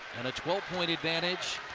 and a twelve point advantage,